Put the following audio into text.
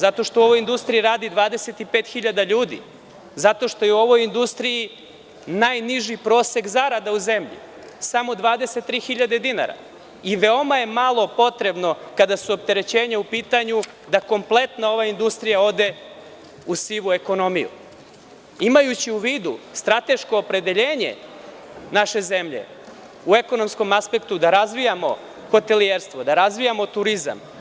Zato što u industriji radi 25 hiljada ljudi, zato što je u ovoj industriji najniži prosek zarada u zemlji, samo 23 hiljade dinara i veoma je malo potrebno, kada su opterećenja u pitanju da kompletna industrija ode u sivu ekonomiju, imajući u vidu strateško opredeljenje naše zemlje u ekonomskom aspektu da razvijamo hotelijerstvo, da razvijamo turizam.